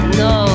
no